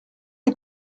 les